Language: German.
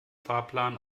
fahrplan